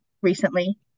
recently